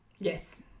Yes